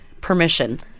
permission